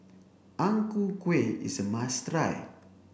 Ang Ku Kueh is a must try